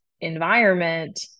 environment